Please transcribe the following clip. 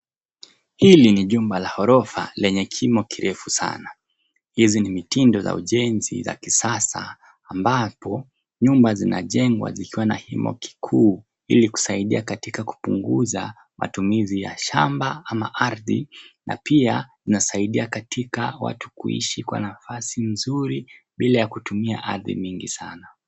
Hili ni jumba la ghorofa lenye kimo kirefu sana. Hizi ni mitindo za ujenzi za kisasa ambapo, nyumba zinajengwa zikiwa na kimo kikuu ili kusaidia katika kupunguza matumizi ya shamba ama ardhi na pia, inasaidia katika watu kuishi kwa nafasi nzuri bila ya kutumia ardhi mingi sana.